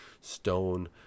stone